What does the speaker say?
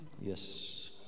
Yes